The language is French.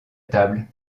table